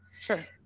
Sure